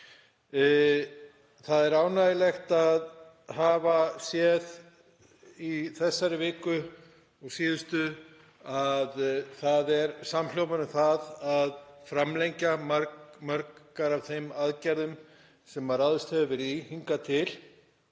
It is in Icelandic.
Það er ánægjulegt að hafa séð í þessari viku og síðustu að það er samhljómur um að framlengja margar af þeim aðgerðum sem ráðist hefur verið í hingað til